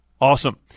awesome